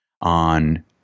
on